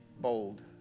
bold